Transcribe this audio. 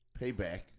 payback